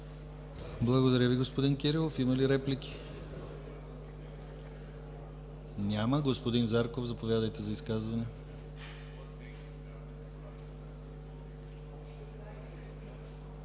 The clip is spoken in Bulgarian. Благодаря Ви, господин Кирилов. Има ли реплики? Няма. Господин Зарков, заповядайте за изказване.